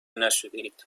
نشدهاید